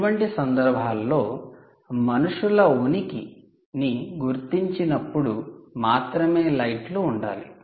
ఇటువంటి సందర్భాల్లో మనుషుల ఉనికి ని గుర్తించినప్పుడు మాత్రమే లైట్లు ఉండాలి